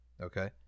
Okay